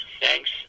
thanks